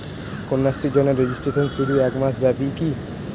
কন্যাশ্রীর জন্য রেজিস্ট্রেশন শুধু এক মাস ব্যাপীই কি?